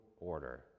order